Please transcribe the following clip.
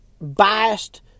biased